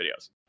videos